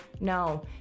no